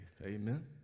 amen